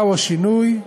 מהו השינוי?